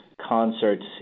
concerts